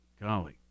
golly